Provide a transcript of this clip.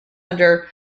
under